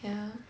ya